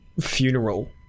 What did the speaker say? funeral